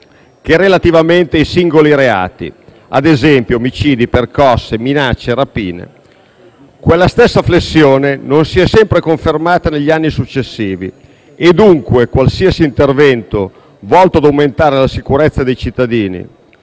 che relativamente ai singoli reati come, ad esempio, omicidi, percosse, minacce e rapine. Quella stessa flessione non si è sempre confermata negli anni successivi e, dunque, qualsiasi intervento volto ad aumentare la sicurezza dei cittadini